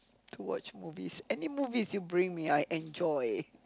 to watch movies any movies you bring me I enjoy